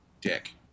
dick